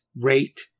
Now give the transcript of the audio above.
rate